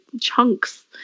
chunks